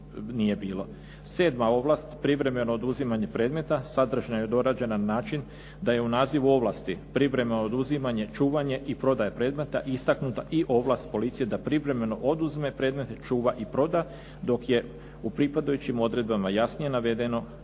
ovlast privremeno oduzimanje predmeta sadržajno je dorađena na način da je u nazivu ovlasti privremeno oduzimanje, čuvanje i prodaja predmeta istaknuta i ovlast policije da privremeno oduzme predmet, čuva i proda dok je u pripadajućim odredbama jasnije navedeno